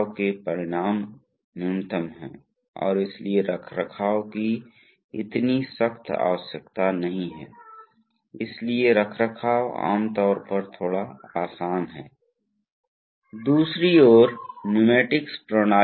तो दो बाधाएं हैं इसलिए पहली बाधा यह है यह पहली है यह वास्तव में एक क्रॉस अनुभागीय दृष्टिकोण है